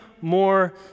more